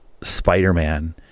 Spider-Man